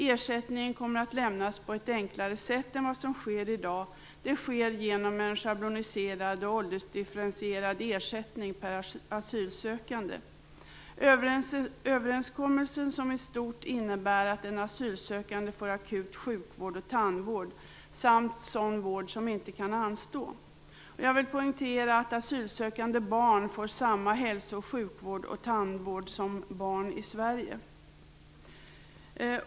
Ersättningen kommer att lämnas på ett enklare sätt än vad som sker i dag. Det sker genom en schabloniserad och åldersdifferentierad ersättning per asylsökande Överenskommelsen innebär i stort att en asylsökande får akut sjuk och tandvård samt sådan vård som inte kan anstå. Jag vill poängtera att asylsökande barn får samma hälso och sjukvård samt tandvård som barn i Sverige.